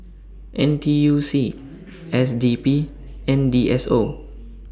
N T U C S D P and D S O